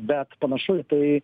bet panašu į tai